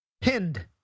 pinned